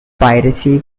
piracy